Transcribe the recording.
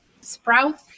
sprout